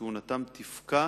כהונתם תפקע